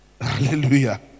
hallelujah